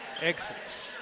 exits